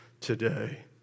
today